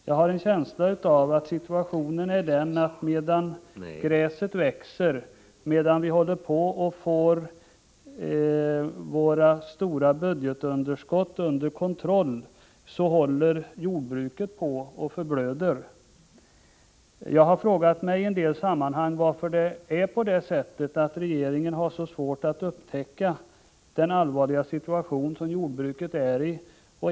Jag har en känsla av att medan vi håller på att få våra stora budgetunderskott under kontroll håller jordbruket på att förblöda. Jag har frågat mig i en del sammanhang varför regeringen har så svårt att upptäcka den allvarliga situation som jordbruket befinner sig i.